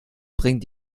bringt